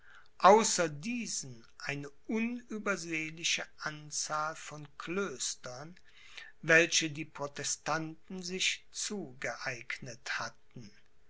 außer diesen eine